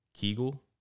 Kegel